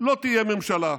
לא תהיה ממשלה.